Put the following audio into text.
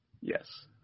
Yes